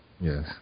Yes